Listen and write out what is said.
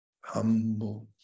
humble